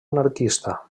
anarquista